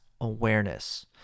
awareness